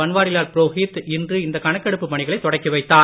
பன்வாரிலால் புரோகித் இன்று இந்த கணக்கெடுப்பு பணிகளை தொடக்கி வைத்தார்